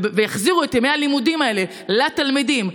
ויחזירו את ימי הלימודים האלה לתלמידים,